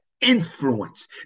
influence